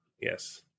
Yes